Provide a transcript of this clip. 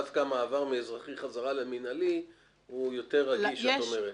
דווקא המעבר מאזרחי חזרה למינהלי הוא יותר רגיש את אומרת.